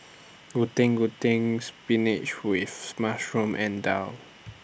Getuk Getuk Spinach with Mushroom and Daal